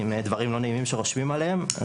עם דברים לא נעימים שרושמים עליהם.